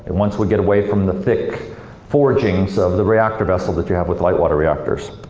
once we get away from the thick forgings of the reactor vessel that you have with light water reactors.